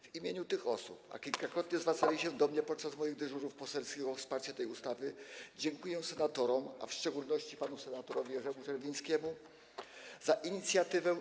W imieniu tych osób, które kilkakrotnie zwracały się do mnie podczas moich dyżurów poselskich o wsparcie tej ustawy, dziękuję senatorom, w szczególności panu senatorowi Jerzemu Czerwińskiemu, za inicjatywę.